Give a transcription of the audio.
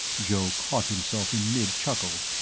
joe caught himself in mid-chuckle.